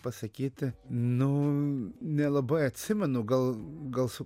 pasakyti nu nelabai atsimenu gal gal su